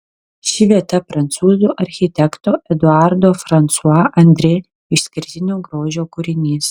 ši vieta prancūzų architekto eduardo fransua andrė išskirtinio grožio kūrinys